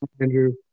Andrew